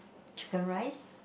chicken rice